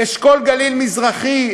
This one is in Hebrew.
אשכול גליל מזרחי,